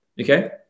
okay